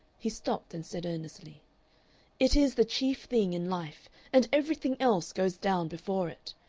he stopped and said earnestly it is the chief thing in life, and everything else goes down before it.